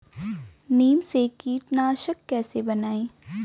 नीम से कीटनाशक कैसे बनाएं?